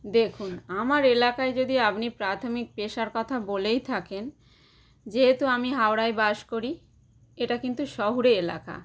দেখুন আমার এলাকায় যদি আপনি প্রাথমিক পেশার কথা বলেই থাকেন যেহেতু আমি হাওড়ায় বাস করি এটা কিন্তু শহুরে এলাকা